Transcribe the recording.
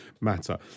matter